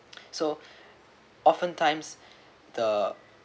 so often times the